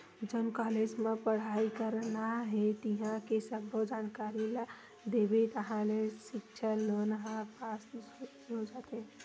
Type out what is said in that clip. जउन कॉलेज म पड़हई करना हे तिंहा के सब्बो जानकारी ल देबे ताहाँले सिक्छा लोन ह पास हो जाथे